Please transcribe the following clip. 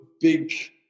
big